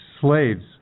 slaves